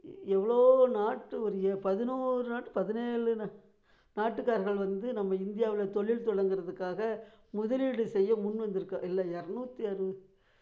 எவ்வளவோ நாட்டு ஒரு பதினோரு நாடு பதினேழு நா நாட்டுக்காரல்கள் வந்து நம்ம இந்தியாவில் தொழில் தொடங்குறதுக்காக முதலீடு செய்ய முன் வந்திருக்கா இல்லை இரநூத்தி அறுபது